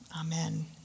Amen